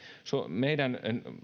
meidän